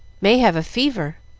may have a fever.